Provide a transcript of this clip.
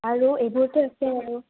আৰু এইবোৰতো আছে আৰু